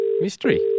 Mystery